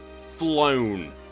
flown